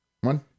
One